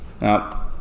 Now